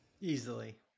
Easily